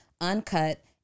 uncut